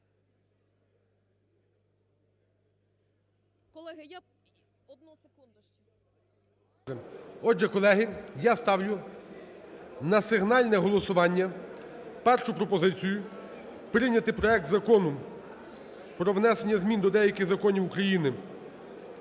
Отже, колеги, я ставлю на сигнальне голосування першу пропозицію прийняти проект Закону про внесенні змін до деяких законів України